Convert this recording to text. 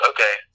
Okay